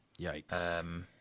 Yikes